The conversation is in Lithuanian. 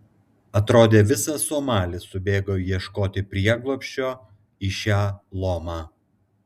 atrodė visas somalis subėgo ieškoti prieglobsčio į šią lomą